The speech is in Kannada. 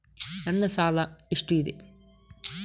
ನನ್ನ ಸಾಲ ಎಷ್ಟು ಇದೆ?